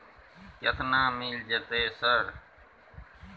केतना मिल जेतै सर?